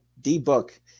D-Book